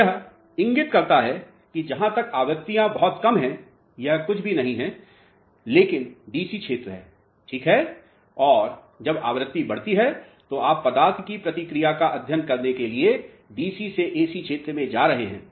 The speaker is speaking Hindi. यह इंगित करता है कि जहां तक आवृत्तियाँ बहुत कम हैं यह कुछ भी नहीं है लेकिन डीसी क्षेत्र है ठीक है और जब आवृत्ति बढ़ती है तो आप पदार्थ की प्रतिक्रिया का अध्ययन करने के लिए डीसी से एसी क्षेत्र में जा रहे हैं